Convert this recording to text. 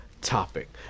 topic